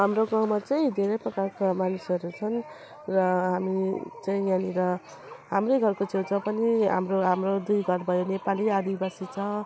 हाम्रो गाउँमा चाहिँ धेरै प्रकारको मानिसहरू छन् र हामी चाहिँ यहाँनिर हाम्रै घरको छेउछाउ पनि हाम्रो हाम्रो दुई घर भयो नेपाली आदिवासी छ